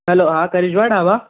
hello ہاں کرشمہ ڈھابا